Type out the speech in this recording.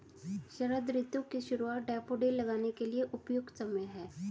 शरद ऋतु की शुरुआत डैफोडिल लगाने के लिए उपयुक्त समय है